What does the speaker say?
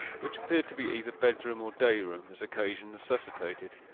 which appeared to be either bedroom or dayroom, as occasion necessitated,